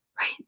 Right